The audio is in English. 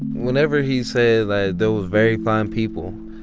whenever he said like those very fine people,